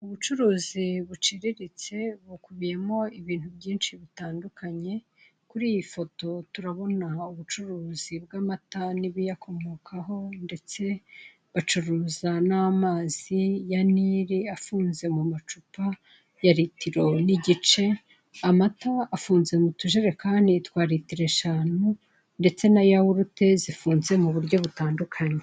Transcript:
Ubucuruzi buciriritse bukubiyemo ibintu byinshi bitandukanye, kuri iyi foto turabona ubucuruzi bw'amata n'ibiyakomokaho ndetse bacuruza n'amazi ya Nili afunze mu macupa ya litiro n'igice, amata afunze mu tujerekani twa litiro eshanu ndetse na yahurute zifunze mu buryo butandukanye.